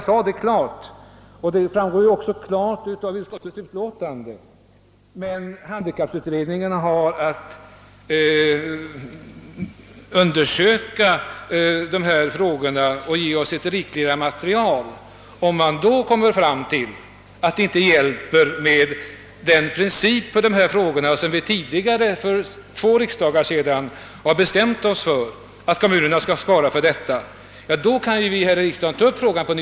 Om man med stöd av utredningens material kommer fram till att det inte räcker med den princip för dessa frågor som vi för två år sedan bestämde oss för, nämligen att kommmunerna skall svara för denna hjälp, kan vi ta upp frågan igen.